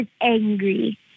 angry